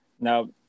now